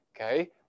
okay